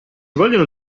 vogliono